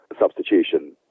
substitution